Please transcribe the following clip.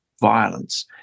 violence